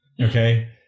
okay